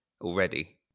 already